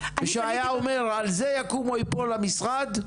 שהיה אומר על זה יקום וייפול המשרד,